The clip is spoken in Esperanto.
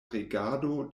regado